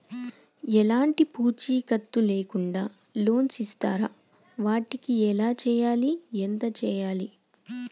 ఎలాంటి పూచీకత్తు లేకుండా లోన్స్ ఇస్తారా వాటికి ఎలా చేయాలి ఎంత చేయాలి?